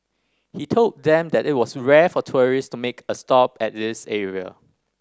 he told them that it was rare for tourists to make a stop at this area